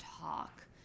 talk